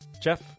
Jeff